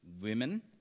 women